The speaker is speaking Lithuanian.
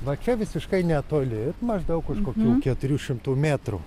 va čia visiškai netoli maždaug už kokių keturių šimtų metrų